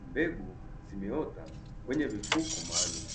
Mbegu zimeota kwenye mifuko maalumu